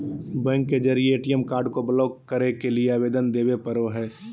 bank के जरिए ATM card को ब्लॉक करे के लिए आवेदन देबे पड़ो हइ